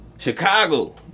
Chicago